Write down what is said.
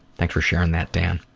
thanks for sharing that, dan.